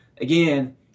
Again